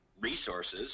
resources